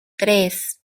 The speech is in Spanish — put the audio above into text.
tres